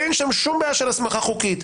אין שם שום בעיה של הסמכה חוקית.